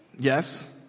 Yes